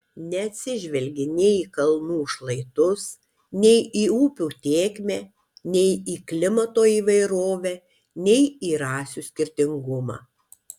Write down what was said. neatsižvelgė nei į kalnų šlaitus nei į upių tėkmę nei į klimato įvairovę nei į rasių skirtingumą